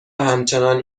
همچنان